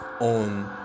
on